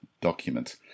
document